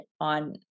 on